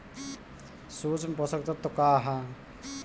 सूक्ष्म पोषक तत्व का ह?